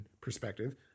perspective